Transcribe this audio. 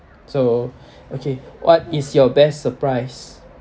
so okay what is your best surprise